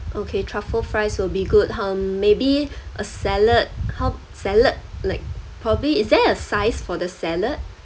okay truffle fries will be good hmm maybe a salad how salad like probably is there a size for the salad